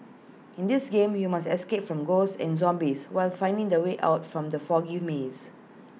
in this game you must escape from ghosts and zombies while finding the way out from the foggy maze